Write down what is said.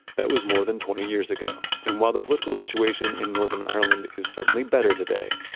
that was more than twenty years ago, and while the political situation in northern ireland is certainly better today,